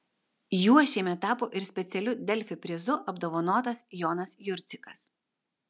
juo šiemet tapo ir specialiu delfi prizu apdovanotas jonas jurcikas